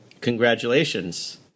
Congratulations